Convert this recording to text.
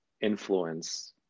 influence